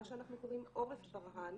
מה שאנחנו קוראים עורף ברה"ן